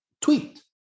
Tweet